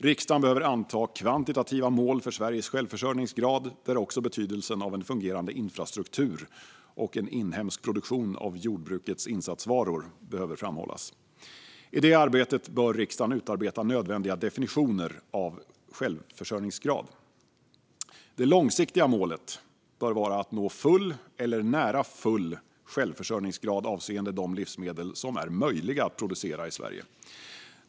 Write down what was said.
Riksdagen behöver anta kvantitativa mål för Sveriges självförsörjningsgrad, där också betydelsen av en fungerande infrastruktur och en inhemsk produktion av jordbrukets insatsvaror behöver framhållas. I det arbetet bör riksdagen utarbeta nödvändiga definitioner av självförsörjningsgrad. Det långsiktiga målet bör vara att nå full eller nära full självförsörjningsgrad avseende de livsmedel som är möjliga att producera i Sverige.